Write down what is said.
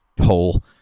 hole